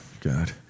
God